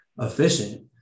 efficient